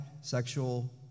sexual